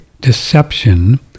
Deception